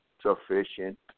sufficient